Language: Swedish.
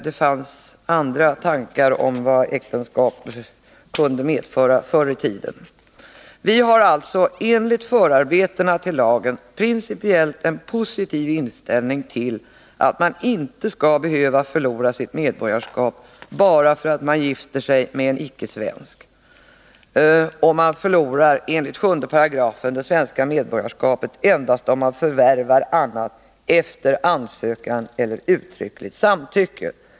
Det fanns andra tankar om vad äktenskapet kunde medföra förr i tiden. Vi har alltså enligt förarbetena till lagen principiellt en positiv inställning till att man inte skall behöva förlora sitt medborgarskap bara därför att man gifter sig med en icke-svensk. Enligt 7 § förlorar man det svenska medborgarskapet endast om man förvärvar annat medborgarskap efter ansökan eller uttryckligt samtycke.